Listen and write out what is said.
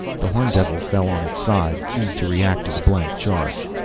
the horndevil fell on its side, keyed to react to the blank charge.